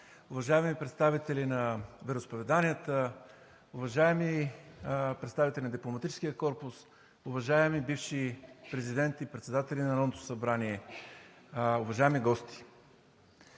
уважаеми представители на вероизповеданията, уважаеми представители на Дипломатическия корпус, уважаеми бивши президенти и председатели на Народното събрание, уважаеми гости!